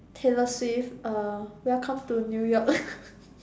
Taylor Swift uh welcome to New York